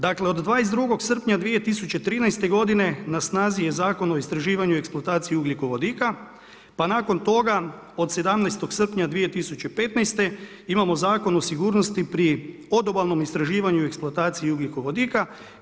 Dakle, od 22. srpnja 2013. g. na snazi je Zakon o istraživanju i eksploataciji ugljikovodika, pa nakon toga od 17. srpnja 2015. imamo Zakon o sigurnosti pri odobalnom istraživanju i eksploataciji ugljikovodika.